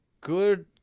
good